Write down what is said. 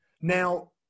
now